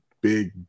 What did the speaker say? big